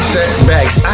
Setbacks